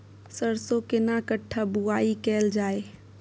सरसो केना कट्ठा बुआई कैल जाय?